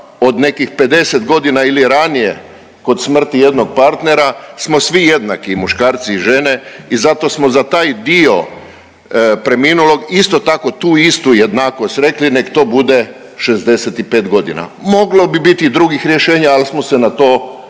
od nekih 50 godina ili ranije kod smrti jednog partnera smo svi jednaki muškarci i žene i zato smo za taj dio preminulog isto tako tu istu jednakost rekli nek to bude 65 godina. Moglo bi biti i drugih rješenja, ali smo se na to načelo